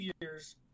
years